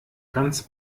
ganz